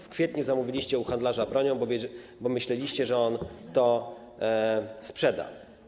W kwietniu zamówiliście u handlarza bronią, bo myśleliście, że on to sprzeda.